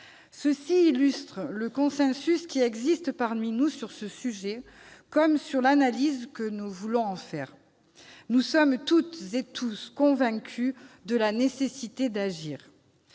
Cela illustre le consensus qui existe parmi nous sur ce sujet, comme sur l'analyse que nous voulons en faire. Nous sommes toutes et tous convaincus de la nécessité d'agir.